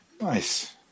Nice